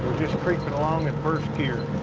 just creeping along in first gear.